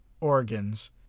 organs